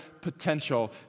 potential